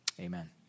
amen